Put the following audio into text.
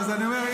אני אומר,